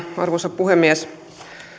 arvoisa puhemies